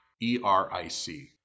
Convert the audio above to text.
E-R-I-C